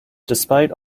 despite